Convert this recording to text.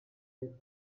did